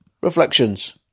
reflections